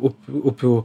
up upių